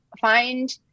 find